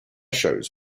shows